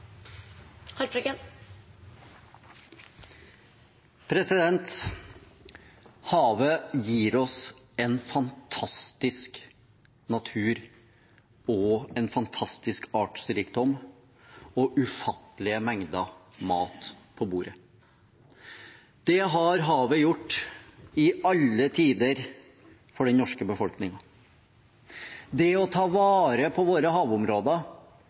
Havet gir oss en fantastisk natur, en fantastisk artsrikdom og ufattelige mengder mat på bordet. Det har havet gjort i alle tider for den norske befolkningen. Det å ta vare på våre havområder